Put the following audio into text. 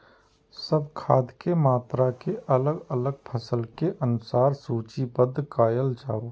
सब खाद के मात्रा के अलग अलग फसल के अनुसार सूचीबद्ध कायल जाओ?